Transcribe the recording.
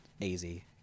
easy